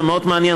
זה מאוד מעניין,